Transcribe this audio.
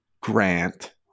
Grant